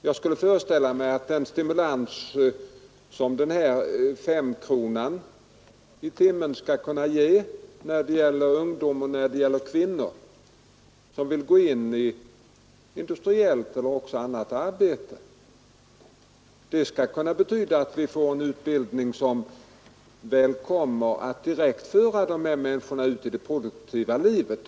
Jag skulle föreställa mig att den stimulans som femkronan i timmen skall ge vad beträffar ungdom och kvinnor som vill gå in i industriellt eller annat arbete skall kunna betyda att vi får en utbildning som direkt kommer att föra de här människorna in i det produktiva livet.